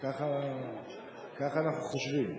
ככה אנחנו חושבים.